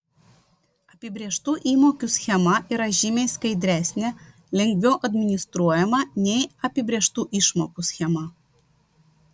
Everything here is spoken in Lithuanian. apibrėžtų įmokų schema yra žymiai skaidresnė lengviau administruojama nei apibrėžtų išmokų schema